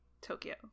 Tokyo